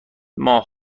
ماه